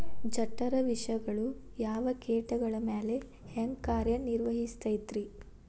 ಜಠರ ವಿಷಗಳು ಯಾವ ಕೇಟಗಳ ಮ್ಯಾಲೆ ಹ್ಯಾಂಗ ಕಾರ್ಯ ನಿರ್ವಹಿಸತೈತ್ರಿ?